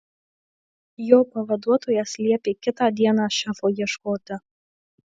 jo pavaduotojas liepė kitą dieną šefo ieškoti